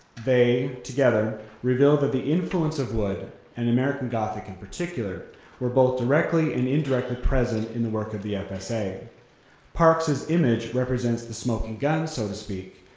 they together reveal that the influence of wood and american gothic in particular were both directly and indirectly present in the work of the fsa. parks's image represents the smoking gun, so to speak,